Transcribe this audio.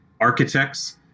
architects